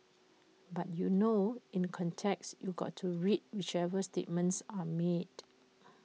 but you know in context you got to read whichever statements are made